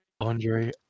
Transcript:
Andre